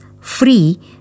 free